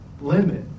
limit